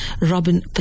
Robin